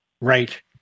Right